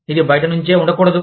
ఇది బయట నుంచే ఉండకూడదు